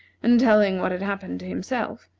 and telling what had happened to himself,